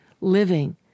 living